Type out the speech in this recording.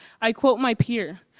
i quote my beer.